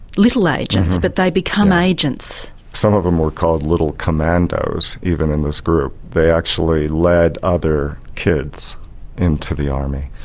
little agents but they become agents. some of them were called little commandoes, even in this group, they actually led other kids into the army.